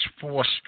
forced